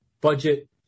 budget